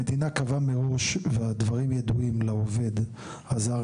המדינה קבעה מראש והדברים ידועים לעובד הזר,